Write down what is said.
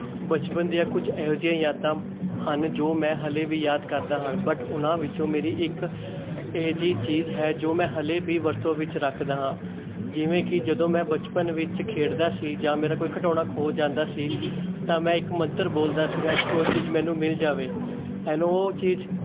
ਬਚਪਨ ਦੀਆਂ ਕੁਛ ਇਹੋ ਜਿਹੀਆਂ ਯਾਦਾਂ ਹਨ ਜੋ ਮੈਂ ਹਲੇ ਵੀ ਯਾਦ ਕਰਦਾ ਹਾਂ ਬਟ ਉਹਨਾਂ ਵਿੱਚੋਂ ਮੇਰੀ ਇੱਕ ਇਹ ਜੀ ਚੀਜ਼ ਹੈ ਜੋ ਮੈਂ ਹਲੇ ਵੀ ਵਰਤੋਂ ਵਿੱਚ ਰੱਖਦਾ ਹਾਂ ਜਿਵੇਂ ਕਿ ਜਦੋਂ ਮੈਂ ਬਚਪਨ ਵਿੱਚ ਖੇਡਦਾ ਸੀ ਜਾਂ ਮੇਰਾ ਕੋਈ ਖਿਡੋਣਾ ਖੋ ਜਾਂਦਾ ਸੀ ਤਾਂ ਮੈਂ ਇੱਕ ਮੰਤਰ ਬੋਲਦਾ ਸੀਗਾ ਕਿ ਉਹ ਚੀਜ਼ ਮੈਨੂੰ ਮਿਲ ਜਾਵੇ ਐਨ ਉਹ ਚੀਜ਼